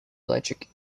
electric